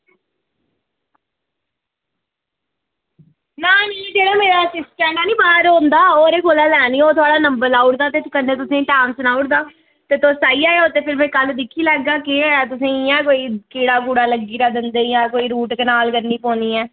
नेईं मेरा जेह्ड़ा असीस्टेंट होंदा ना बाहर जेह्ड़ा ओह् नंबर लाई ओड़दा ते कन्नै नंबर लाई ओड़दा ते तुस आई जायो ते भी में दिक्खी लैयो केह् ऐ तुसेंगी कीड़ा लग्गी गेआ ते रूट कनाल करनी पौनी ऐ